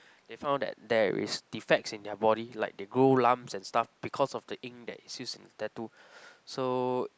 they found that there is defects in their body like they grow lumps and stuff because of the ink that is used in this tattoo so